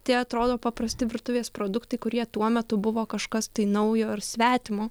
tie atrodo paprasti virtuvės produktai kurie tuo metu buvo kažkas tai naujo ar svetimo